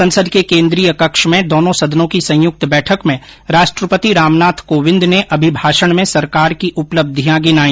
संसद के केन्द्रीय कक्ष में दोनो सदनों की संयुक्त बैठक में राष्ट्रपति रामनाथ कोविंद ने अभिभाषण में सरकार की उपलब्धियां गिनाई